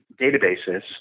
databases